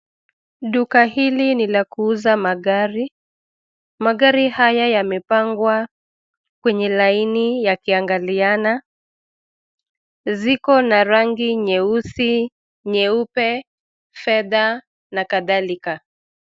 Duka hili ni la kuuza magari. Magari haya yamepangwa kwenye laini yakiangaliana. Ziko na rangi nyeusi, nyeupe, fedha na kadhalika.